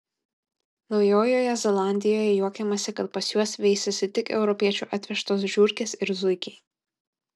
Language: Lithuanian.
naujojoje zelandijoje juokiamasi kad pas juos veisiasi tik europiečių atvežtos žiurkės ir zuikiai